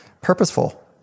purposeful